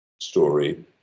story